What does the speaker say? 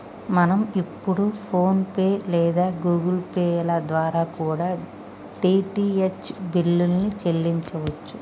మనం ఇప్పుడు PhonePe లేదా గుగుల్ పే ల ద్వారా కూడా డీ.టీ.హెచ్ బిల్లుల్ని చెల్లించచ్చు